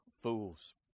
fools